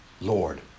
Lord